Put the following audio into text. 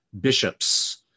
bishops